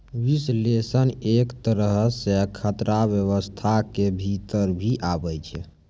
विश्लेषण एक तरहो से खतरा व्यवस्था के भीतर भी आबै छै